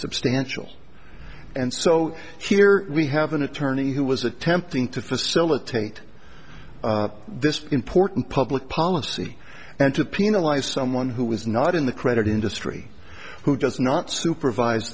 substantial and so here we have an attorney who was attempting to facilitate this important public policy and to penalize someone who was not in the credit industry who does not supervise